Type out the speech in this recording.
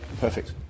Perfect